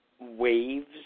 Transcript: waves